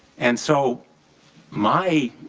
and so my